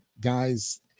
guys